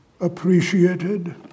appreciated